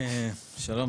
אריק,